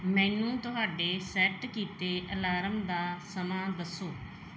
ਮੈਨੂੰ ਤੁਹਾਡੇ ਸੈੱਟ ਕੀਤੇ ਅਲਾਰਮ ਦਾ ਸਮਾਂ ਦੱਸੋ